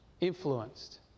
influenced